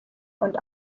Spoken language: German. und